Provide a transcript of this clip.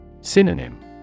Synonym